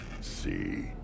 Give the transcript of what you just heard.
See